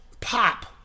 pop